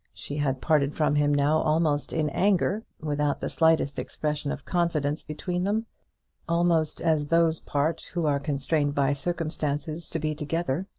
she had parted from him now almost in anger, without the slightest expression of confidence between them almost as those part who are constrained by circumstances to be together,